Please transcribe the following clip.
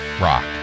rock